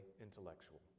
intellectual